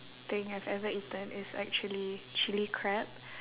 thing I've ever eaten is actually chilli crab